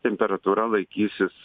temperatūra laikysis